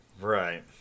Right